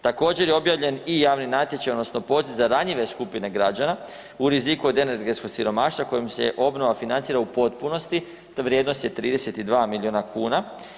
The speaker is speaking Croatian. Također je objavljen i javni natječaj odnosno poziv za ranjive skupine građana u riziku od energetskog siromaštva kojim se obnova financira u potpunosti, ta vrijednost je 32 milijuna kuna.